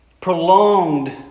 prolonged